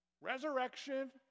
resurrection